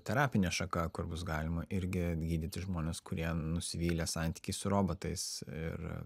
terapinė šaka kur bus galima irgi gydyti žmones kurie nusivylę santykiais su robotais ir